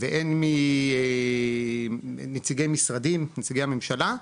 והן מנציגי משרדים, נציגי הממשלה,